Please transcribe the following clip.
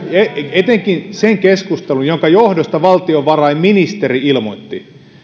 etenkin sen keskustelun jonka johdosta valtiovarainministeri ilmoitti